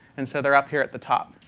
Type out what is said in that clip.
and so they're up here at the top.